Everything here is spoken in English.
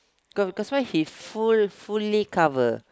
because because why he full~ fully cover